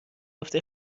هفته